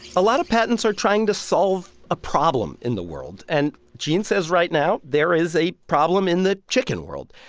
a lot of patents are trying to solve a problem in the world. and gene says right now, there is a problem in the chicken world.